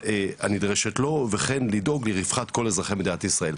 הנדרשת לו וכן לדאוג לרווחת כל אזרחי מדינת ישראל.